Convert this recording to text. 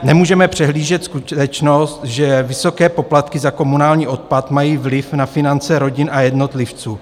Nemůžeme přehlížet skutečnost, že vysoké poplatky za komunální odpad mají vliv na finance rodin a jednotlivců.